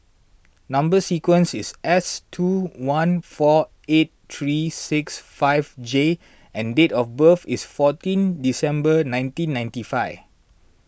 Number Sequence is S two one four eight three six five J and date of birth is fourteen December nineteen ninety five